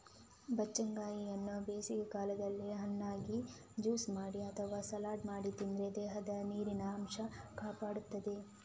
ಬಚ್ಚಂಗಾಯಿಯನ್ನ ಬೇಸಿಗೆ ಕಾಲದಲ್ಲಿ ಹಣ್ಣಾಗಿ, ಜ್ಯೂಸು ಮಾಡಿ ಅಥವಾ ಸಲಾಡ್ ಮಾಡಿ ತಿಂದ್ರೆ ದೇಹದ ನೀರಿನ ಅಂಶ ಕಾಪಾಡ್ತದೆ